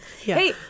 Hey